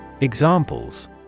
Examples